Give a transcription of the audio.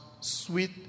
sweet